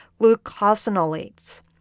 Glucosinolates